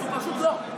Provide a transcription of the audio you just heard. הוא פשוט לא.